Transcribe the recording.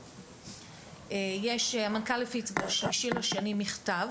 המנכ"ל הפיץ ב-3.2 מכתב